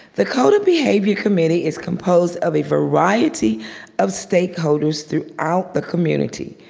the code of behavior committee is composed of a variety of stakeholders through out the community.